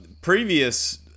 previous